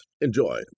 Enjoy